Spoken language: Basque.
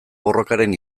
borrokaren